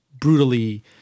brutally